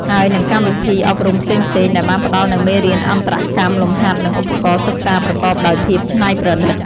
ហើយនិងកម្មវិធីអប់រំផ្សេងៗ ដែលបានផ្តល់នូវមេរៀនអន្តរកម្ម លំហាត់ និងឧបករណ៍សិក្សាប្រកបដោយភាពច្នៃប្រឌិត។